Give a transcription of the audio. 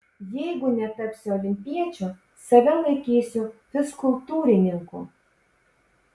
jeigu netapsiu olimpiečiu save laikysiu fizkultūrininku